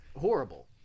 horrible